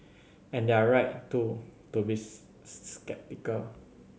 and they're right too to be sceptical